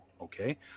okay